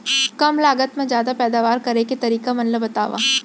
कम लागत मा जादा पैदावार करे के तरीका मन ला बतावव?